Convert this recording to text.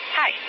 hi